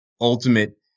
ultimate